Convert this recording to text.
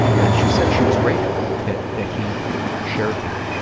and she said she was grateful that that he shared that,